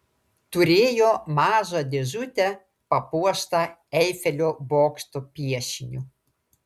turėjo mažą dėžutę papuoštą eifelio bokšto piešiniu